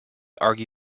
argue